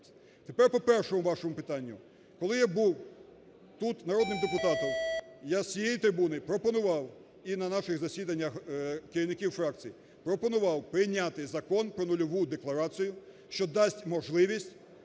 Тепер по першому вашому питанню, коли я був тут, народним депутатом, я з цієї трибуни пропонував і на наших засіданнях керівників фракцій, пропонував прийняти закон про нульову декларацію, що дасть можливість